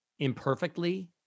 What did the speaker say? Imperfectly